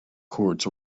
courts